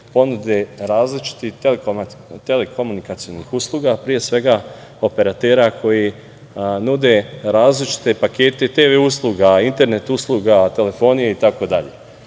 ponude različitih telekomunikacionih usluga, pre svega operatera koji nude različite pakete TV usluga, internet usluga, telefonije itd. Pa